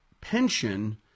pension